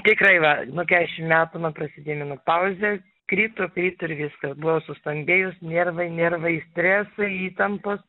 tikrai va nuo kedešim metų man prasidėjo menopauzė krito krito ir viską buvau sustambėjus nervai nervai stresai įtampos